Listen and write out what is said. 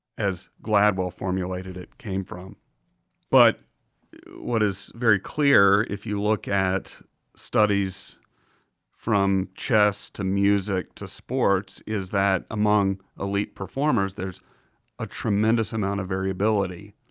as gladwell formulated it, came from. zach but what is very clear if you look at studies from chess to music to sports is that among elite performers, there's a tremendous amount of variability